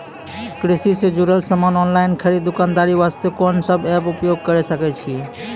कृषि से जुड़ल समान ऑनलाइन खरीद दुकानदारी वास्ते कोंन सब एप्प उपयोग करें सकय छियै?